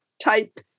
type